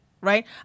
right